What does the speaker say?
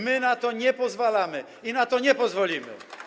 My na to nie pozwalamy ani na to nie pozwolimy.